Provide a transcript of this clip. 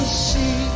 see